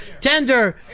tender